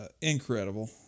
Incredible